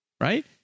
right